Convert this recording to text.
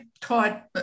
taught